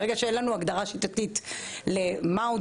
שימו לב ברגע שאין לנו הגדרה שיטתית למה הוא